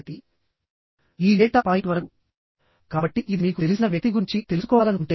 ఈ విధంగా మనం కొన్ని యాంగిల్ సెక్షన్స్ ని చేసుకోవచ్చు